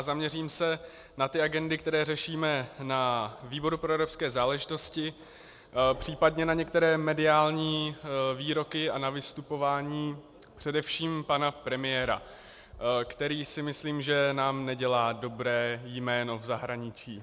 Zaměřím se na ty agendy, které řešíme na výboru pro evropské záležitosti, případně na některé mediální výroky a na vystupování především pana premiéra, který, si myslím, že nám nedělá dobré jméno v zahraničí.